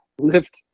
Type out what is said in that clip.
lift